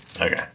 Okay